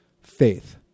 faith